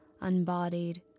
unbodied